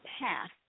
path